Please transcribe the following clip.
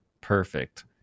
perfect